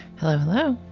hello. hello.